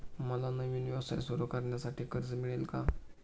मला नवीन व्यवसाय सुरू करण्यासाठी कर्ज मिळेल का?